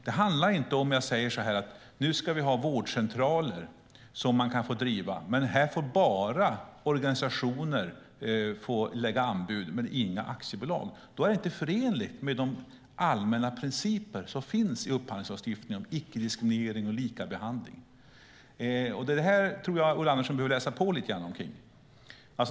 Men om jag säger att vi ska ha vårdcentraler men att bara organisationer får lämna anbud, inte aktiebolag, är det inte förenligt med de allmänna principer som finns i upphandlingslagstiftningen om icke-diskriminering och likabehandling. Där tror jag att Ulla Andersson behöver läsa på lite grann.